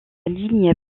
ligne